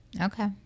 Okay